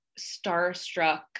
starstruck